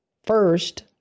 First